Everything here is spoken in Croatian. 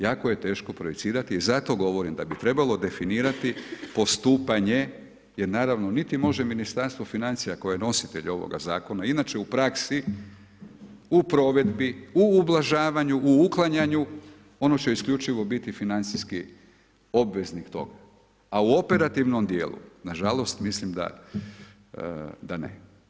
Jako je teško projicirati i zato govorim da bi trebalo definirati postupanje jer naravno niti može Ministarstvo financija koje je nositelj ovoga zakona inače u praksi, u provedbi, u ublažavanju, u uklanjanju, ono će isključivo biti financijski obveznik tog, a u operativnom djelu nažalost mislim da ne.